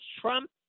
Trump